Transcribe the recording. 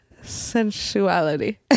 sensuality